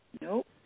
Nope